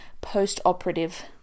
post-operative